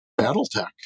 Battletech